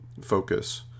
focus